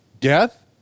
Death